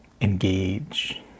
engage